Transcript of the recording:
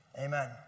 Amen